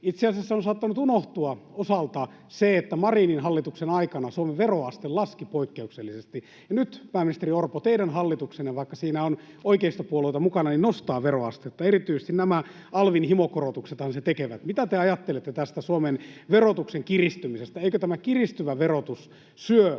Itse asiassa on saattanut unohtua osalta se, että Marinin hallituksen aikana Suomen veroaste laski poikkeuksellisesti, ja nyt, pääministeri Orpo, teidän hallituksenne, vaikka siinä on oikeistopuolueita mukana, nostaa veroastetta. Erityisesti nämä alvin himokorotuksethan sen tekevät. Mitä te ajattelette tästä Suomen verotuksen kiristymisestä? Eikö tämä kiristyvä verotus syö